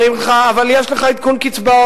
אומרים לך: אבל יש לך עדכון קצבאות.